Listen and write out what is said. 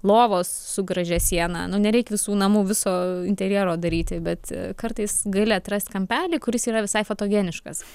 lovos su gražia siena nu nereik visų namų viso interjero daryti bet kartais gali atrast kampelį kuris yra visai fotogeniškas